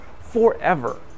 forever